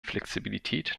flexibilität